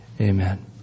amen